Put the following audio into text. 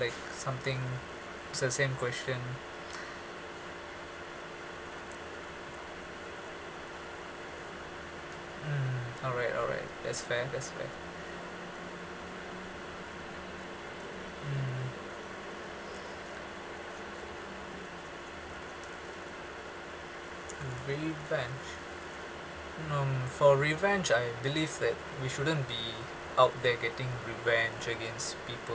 like something is the same question mm alright alright that's fair that's fair mm revenge no for revenge I believe that we shouldn't be out there getting revenge against people